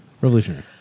Revolutionary